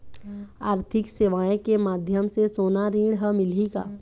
आरथिक सेवाएँ के माध्यम से सोना ऋण हर मिलही का?